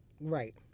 right